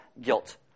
guilt